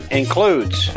includes